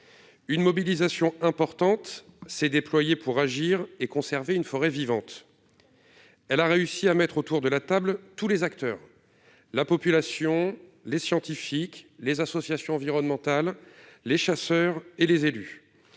Une mobilisation importante s'est déployée pour agir et conserver une forêt vivante. Elle a permis de mettre autour de la table tous les acteurs : la population, les scientifiques, les associations environnementales, les chasseurs et les élus.